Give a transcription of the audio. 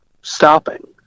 stopping